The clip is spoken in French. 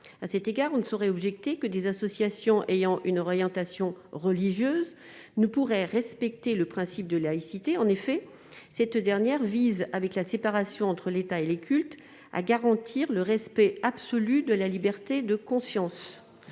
À cet égard, on ne saurait objecter que des associations ayant une orientation religieuse ne pourraient respecter le principe de laïcité. Cette dernière vise, avec la séparation entre l'État et les cultes, à garantir le respect absolu de la liberté de conscience.